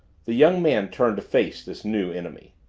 the young man turned to face this new enemy.